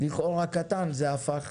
לכאורה קטן וזה הפך